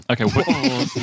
Okay